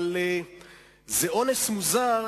אבל זה אונס מוזר,